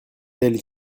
elle